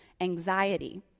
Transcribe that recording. anxiety